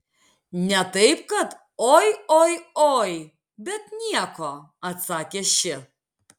ne taip kad oi oi oi bet nieko atsakė ši